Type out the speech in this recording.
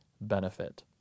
benefit